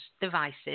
devices